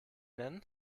nennen